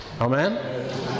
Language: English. Amen